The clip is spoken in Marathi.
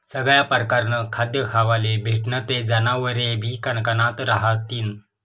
सगया परकारनं खाद्य खावाले भेटनं ते जनावरेबी कनकनात रहातीन